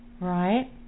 right